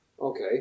Okay